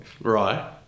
Right